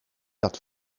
dat